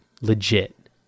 legit